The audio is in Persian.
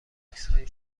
عکسهای